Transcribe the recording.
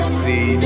see